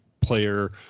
player